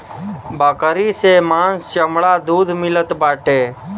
बकरी से मांस चमड़ा दूध मिलत बाटे